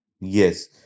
Yes